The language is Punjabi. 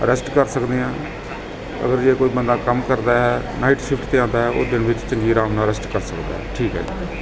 ਰੈਸਟ ਕਰ ਸਕਦੇ ਹਾਂ ਅਗਰ ਜੇ ਕੋਈ ਬੰਦਾ ਕੰਮ ਕਰਦਾ ਹੈ ਨਾਈਟ ਸ਼ਿਫਟ 'ਤੇ ਆਉਂਦਾ ਹੈ ਉਹ ਦਿਨ ਵਿੱਚ ਚੰਗੀ ਆਰਾਮ ਨਾਲ ਰੈਸਟ ਕਰ ਸਕਦਾ ਠੀਕ ਹੈ ਜੀ